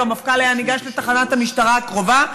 המפכ"ל היה ניגש לתחנת המשטרה הקרובה,